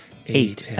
eight